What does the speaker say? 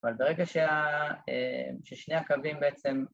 ‫אבל ברגע ששני הקווים בעצם...